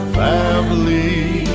family